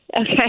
Okay